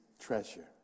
treasure